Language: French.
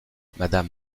madame